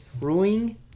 Ruining